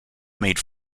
made